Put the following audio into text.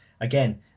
again